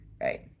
right